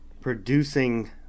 producing